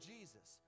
Jesus